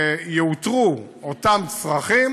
יאותרו אותם צרכים